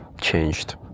changed